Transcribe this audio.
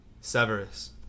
Severus